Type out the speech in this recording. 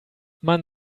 man